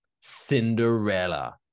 Cinderella